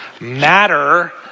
Matter